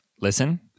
Listen